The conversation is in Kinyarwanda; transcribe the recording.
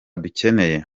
dukeneye